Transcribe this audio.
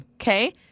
Okay